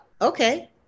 okay